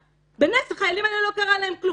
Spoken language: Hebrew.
באמת, לחיילים האלה לא קרה כלום.